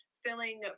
Filling